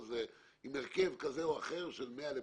עם הרכב כזה או אחר של 100 לפה,